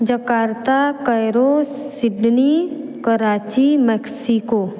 Jakarta Cairo Sydney Karachi Mexico